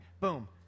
Boom